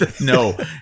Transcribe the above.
No